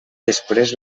després